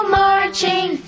marching